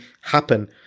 happen